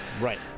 Right